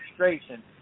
administration